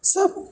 سب